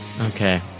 Okay